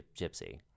gypsy